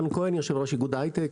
אני יושב-ראש איגוד ההיי-טק.